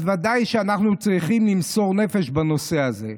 אז ודאי שאנחנו צריכים למסור נפש בנושא הזה.